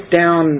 down